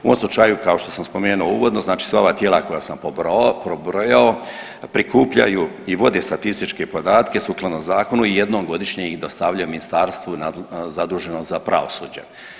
U ovom slučaju kao što sam spomenuo uvodno, znači sva ova tijela koja sam pobrojao prikupljaju i vode statističke podatke sukladno zakonu i jednom godišnje ih dostavljaju ministarstvu zaduženom za pravosuđe.